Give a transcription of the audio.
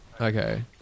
okay